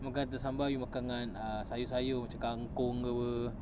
you makan telur sambal you makan dengan ah sayur sayur macam kangkung ke apa